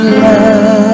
love